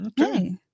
okay